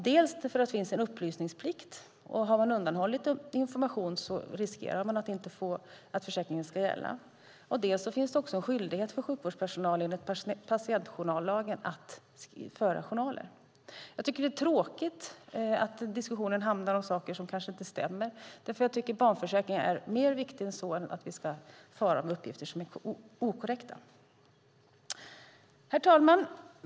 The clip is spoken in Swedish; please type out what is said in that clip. Det finns också en upplysningsplikt, och har man undanhållit information riskerar man att försäkringen inte gäller. Därtill har sjukvårdspersonal skyldighet att föra journaler enligt patientjournallagen. Jag tycker att det är tråkigt att diskussionen handlar om saker som kanske inte stämmer. Jag tycker att frågan om barnförsäkringar är viktigare än att vi ska fara med uppgifter som inte är korrekta. Herr talman!